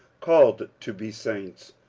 called to be saints,